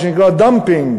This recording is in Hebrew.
מה שנקרא dumping,